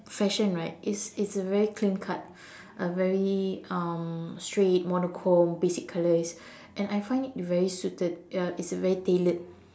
fashion right it's it's a very clean cut a very um straight monochrome basic colors and I find very suited uh it's very tailored